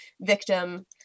victim